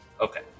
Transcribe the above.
Okay